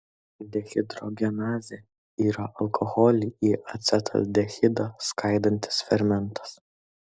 dehidrogenazė yra alkoholį į acetaldehidą skaidantis fermentas